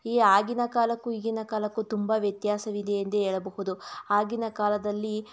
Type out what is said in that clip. ಈ ಆಗಿನ ಕಾಲಕ್ಕೂ ಈಗಿನ ಕಾಲಕ್ಕೂ ತುಂಬ ವ್ಯತ್ಯಾಸವಿದೆ ಎಂದೇ ಹೇಳಬಹುದು ಆಗಿನ ಕಾಲದಲ್ಲಿ